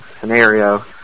scenario